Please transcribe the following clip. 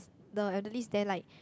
the elderlies there like